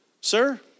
Sir